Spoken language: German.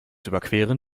überqueren